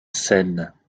seine